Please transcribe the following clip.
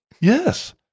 Yes